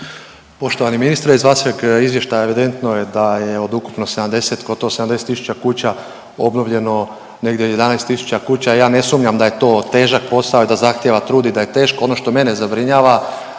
Poštovani ministre iz vašeg izvještaja evidentno je da je od ukupno 70 gotovo 70 tisuća kuća obnovljeno negdje 11 tisuća kuća. Ja ne sumnjam da je to težak posao i da zahtjeva trud i da je teško. Ono što mene zabrinjava